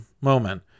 moment